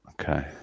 Okay